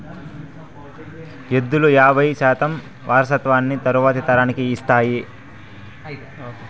ఎద్దులు యాబై శాతం వారసత్వాన్ని తరువాతి తరానికి ఇస్తాయి